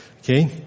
Okay